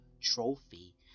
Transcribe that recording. trophy